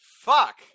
Fuck